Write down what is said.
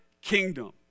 kingdom